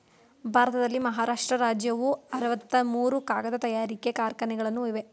ಭಾರತದಲ್ಲಿ ಮಹಾರಾಷ್ಟ್ರ ರಾಜ್ಯವು ಅರವತ್ತ ಮೂರು ಕಾಗದ ತಯಾರಿಕಾ ಕಾರ್ಖಾನೆಗಳನ್ನು ಇವೆ